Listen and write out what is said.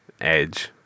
edge